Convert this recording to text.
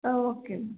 ಹಾಂ ಓಕೆ